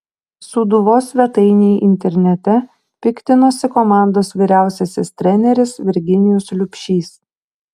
sūduvos svetainei internete piktinosi komandos vyriausiasis treneris virginijus liubšys